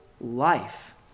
life